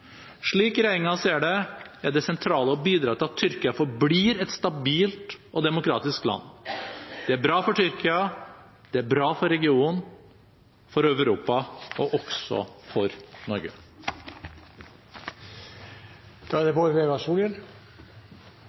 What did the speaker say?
Slik regjeringen ser det, er det sentrale å bidra til at Tyrkia forblir et stabilt og demokratisk land. Det er bra for Tyrkia, og det er bra for regionen, for Europa og også for Norge. Først vil eg takke utanriksministeren for gjennomgangen, og eg er